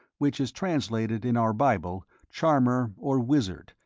which is translated in our bible charmer or wizard,